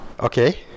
Okay